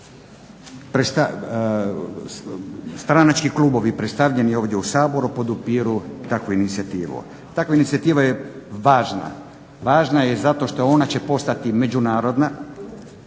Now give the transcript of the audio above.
stranački klubovi predstavljeni ovdje u Saboru podupiru takvu inicijativu. Takva inicijativa je važna, važna je zato što ona će postati međunarodna